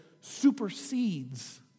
supersedes